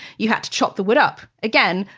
you had to chop the wood up. again,